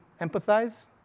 empathize